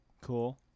Cool